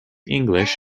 english